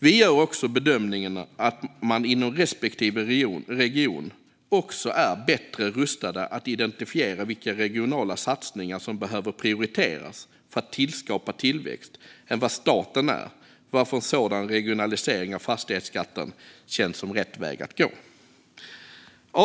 Vi gör också bedömningen att man inom respektive region är bättre rustad att identifiera vilka regionala satsningar som behöver prioriteras för att skapa tillväxt än vad staten är, varför en regionalisering av fastighetsskatten känns som rätt väg att gå. Herr talman!